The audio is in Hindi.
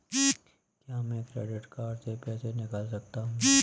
क्या मैं क्रेडिट कार्ड से पैसे निकाल सकता हूँ?